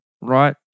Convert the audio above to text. Right